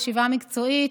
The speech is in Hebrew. ישיבה מקצועית,